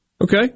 Okay